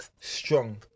strong